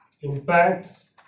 impacts